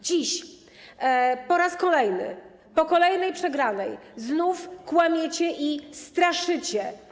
Dziś po raz kolejny, po kolejnej przegranej znów kłamiecie i straszycie.